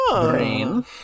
brain